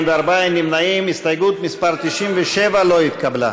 המחנה הציוני וקבוצת סיעת מרצ לסעיף 4 לא נתקבלה.